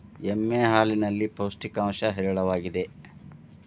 ಎಮ್ಮೆ ಹಾಲಿನಲ್ಲಿ ಪೌಷ್ಟಿಕಾಂಶ ಹೇರಳವಾಗಿದೆ